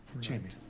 Jamie